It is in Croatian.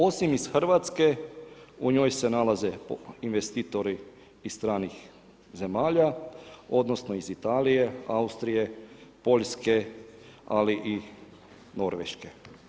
Osim iz Hrvatske, u njoj se nalaze investitori iz stranih zemalja, odnosno iz Italije, Austrije, Poljske, ali i Norveške.